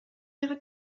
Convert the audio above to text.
ihre